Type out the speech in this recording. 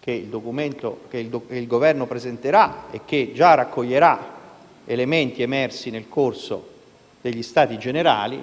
che il Governo presenterà e che già raccoglierà elementi emersi nel corso degli Stati generali,